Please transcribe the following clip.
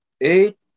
eight